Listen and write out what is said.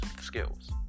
skills